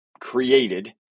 created